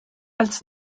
als